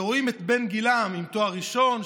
שרואים את בן גילם עם תואר ראשון,